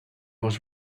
was